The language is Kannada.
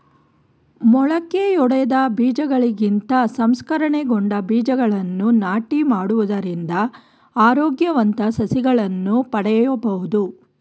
ಮೊಳಕೆಯೊಡೆದ ಬೀಜಗಳಿಗಿಂತ ಸಂಸ್ಕರಣೆಗೊಂಡ ಬೀಜಗಳನ್ನು ನಾಟಿ ಮಾಡುವುದರಿಂದ ಆರೋಗ್ಯವಂತ ಸಸಿಗಳನ್ನು ಪಡೆಯಬೋದು